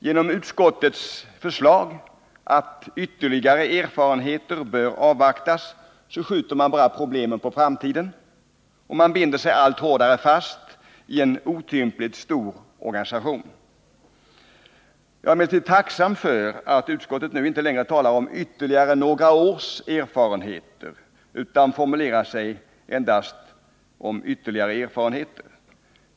Genom utskottets förslag att ytterligare erfarenheter bör avvaktas skjuts problemen bara på framtiden, och man binder sig allt hårdare fast i en otympligt stor organisation. Jag är dock tacksam för att utskottet nu inte längre talar om ytterligare några års erfarenheter utan om ytterligare erfarenheter.